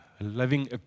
living